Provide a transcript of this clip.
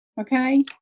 okay